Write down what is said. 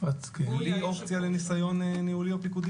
בלי אופציה לניסיון ניהולי או פיקודי?